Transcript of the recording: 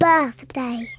Birthday